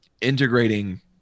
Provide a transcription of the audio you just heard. integrating